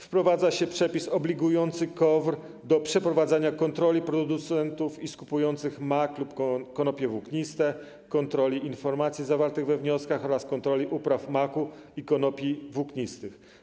Wprowadza się przepis obligujący KOWR do przeprowadzania kontroli producentów i skupujących mak lub konopie włókniste, kontroli informacji zawartych we wnioskach oraz kontroli upraw maku i konopi włóknistych.